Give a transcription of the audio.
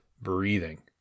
breathing